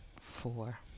four